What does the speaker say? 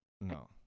No